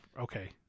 okay